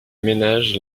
ménages